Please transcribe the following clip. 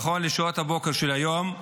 נכון לשעות הבוקר של היום,